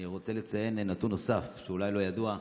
אני רוצה לציין נתון נוסף שאולי לא ידוע: